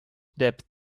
debt